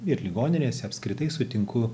ir ligoninėse apskritai sutinku